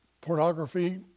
pornography